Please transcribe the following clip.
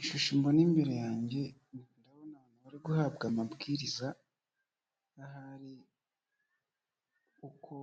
Ishusho mbona imbere yanjye ndabona bari guhabwa amabwiriza, ahari uko